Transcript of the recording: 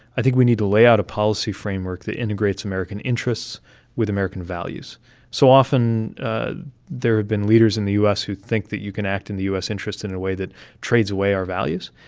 i think we need to lay out a policy framework that integrates american interests with american values so often there have been leaders in the u s. who think that you can act in the u s. interest in in a way that trades away our values.